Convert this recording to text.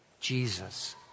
Jesus